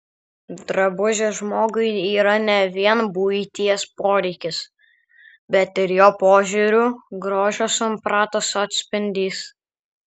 drabužis žmogui yra ne vien buities poreikis bet ir jo pažiūrų grožio sampratos atspindys